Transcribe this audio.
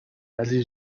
عزیز